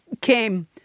came